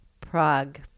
Prague